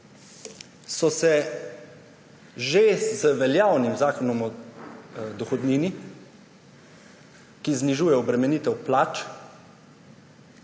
so se že z veljavnim zakonom o dohodnini, ki znižuje obremenitev plač